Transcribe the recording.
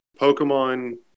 Pokemon